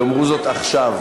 יאמרו זאת עכשיו.